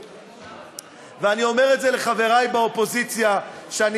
ואני אומר את זה לחבריי באופוזיציה ואני